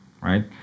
right